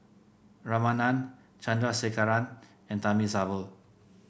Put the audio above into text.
Ramanand Chandrasekaran and Thamizhavel